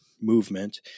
movement